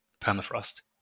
permafrost